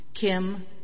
Kim